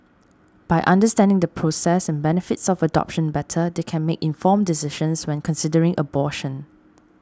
by understanding the process and benefits of adoption better they can make informed decisions when considering abortion